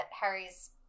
Harry's